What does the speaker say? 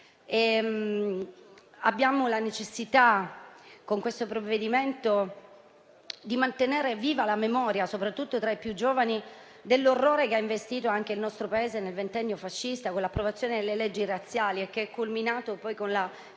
alla necessità di mantenere viva la memoria, soprattutto tra i più giovani, dell'orrore che ha investito anche il nostro Paese nel ventennio fascista con l'approvazione delle leggi razziali e che è culminato poi con la